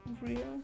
real